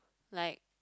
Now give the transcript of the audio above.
like